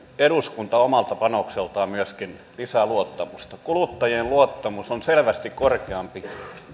eduskunta omalta panokseltaan myöskin lisää luottamusta kuluttajien luottamus on selvästi korkeampi